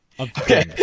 Okay